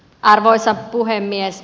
arvoisa puhemies